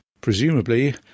presumably